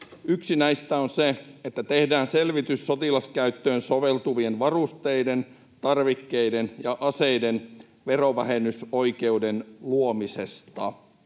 Yksi näistä on se, että tehdään selvitys sotilaskäyttöön soveltuvien varusteiden, tarvikkeiden ja aseiden verovähennysoikeuden luomisesta